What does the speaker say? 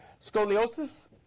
scoliosis